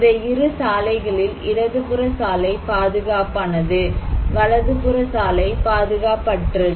இந்த இரு சாலைகளில் இடது புற சாலை பாதுகாப்பானது வலது புற சாலை பாதுகாப்பற்றது